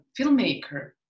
filmmaker